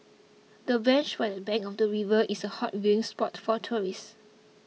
the bench by the bank of the river is a hot viewing spot for tourists